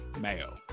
mayo